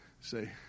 Say